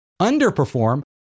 underperform